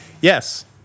Yes